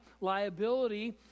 liability